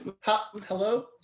Hello